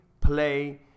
play